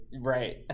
right